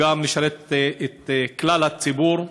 לשרת גם את כלל הציבור.